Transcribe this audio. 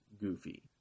goofy